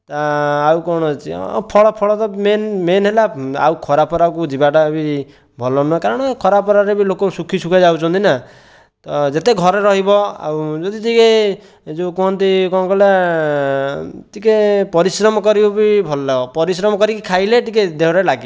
ଆଉ କ'ଣ ଅଛି ଫଳ ଫଳ ତ ମେନ୍ ମେନ୍ ହେଲା ଆଉ ଖରା ଫରାକୁ ଯିବାଟା ବି ଭଲ ନୁହଁ କାରଣ ଖରା ଫରାରେ ବି ଲୋକ ଶୁଖିଶୁଖା ଯାଉଛନ୍ତି ନା ତ ଯେତେ ଘରେ ରହିବ ଆଉ ଯଦି ଟିକିଏ ଯେଉଁ କୁହନ୍ତି କ'ଣ କହିଲ ଟିକିଏ ପରିଶ୍ରମ କରିବ ବି ଭଲ ପରିଶ୍ରମ କରିକି ଖାଇଲେ ଟିକିଏ ଦେହରେ ଲାଗେ